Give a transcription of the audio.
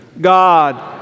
God